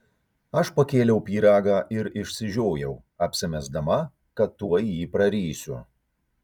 aš pakėliau pyragą ir išsižiojau apsimesdama kad tuoj jį prarysiu